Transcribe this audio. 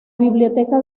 biblioteca